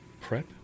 prep